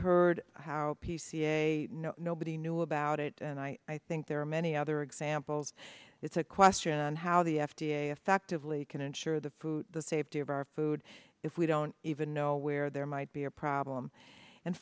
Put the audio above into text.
heard how p c a nobody knew about it and i think there are many other examples it's a question how the f d a effectively can ensure the food safety of our food if we don't even know where there might be a problem and